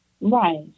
right